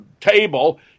table